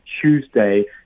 Tuesday